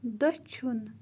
دٔچھُن